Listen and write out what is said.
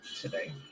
today